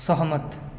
सहमत